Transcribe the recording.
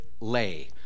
lay